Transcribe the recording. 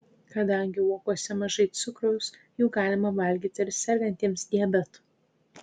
kadangi uogose mažai cukraus jų galima valgyti ir sergantiems diabetu